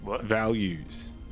values